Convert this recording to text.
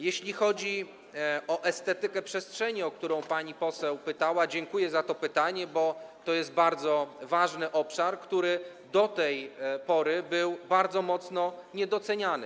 Jeśli chodzi o estetykę przestrzeni, o którą pani poseł pytała, to dziękuję za to pytanie, bo to jest bardzo ważny obszar, który do tej pory był bardzo mocno niedoceniany.